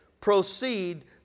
proceed